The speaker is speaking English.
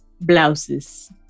Blouses